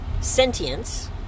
Sentience